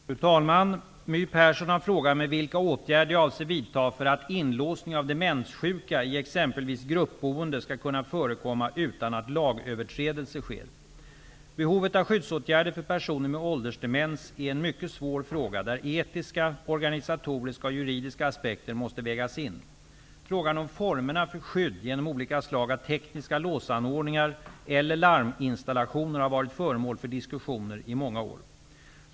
Fru talman! My Persson har frågat mig vilka åtgärder jag avser vidta för att inlåsning av demenssjuka i exempelvis gruppboende skall kunna förekomma utan att lagöverträdelse sker. Behovet av skyddsåtgärder för personer med åldersdemens är en mycket svår fråga där etiska, organisatoriska och juridiska aspekter måste vägas in. Frågan om formerna för skydd genom olika slag av tekniska låsanordningar eller larminstallationer har varit föremål för diskussioner i många år.